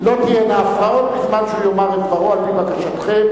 לא תהיינה הפרעות בזמן שהוא יאמר את דברו על-פי בקשתכם,